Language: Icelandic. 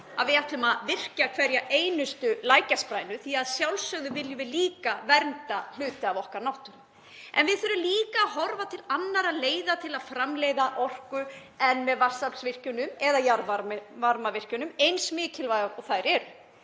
að við ætlum að virkja hverja einustu lækjarsprænu því að sjálfsögðu viljum við líka vernda hluta af okkar náttúru. En við þurfum líka að horfa til annarra leiða til að framleiða orku en með vatnsaflsvirkjunum eða jarðvarmavirkjunum, eins mikilvægar og þær eru.